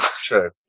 True